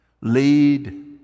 lead